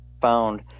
found